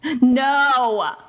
No